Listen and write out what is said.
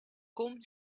com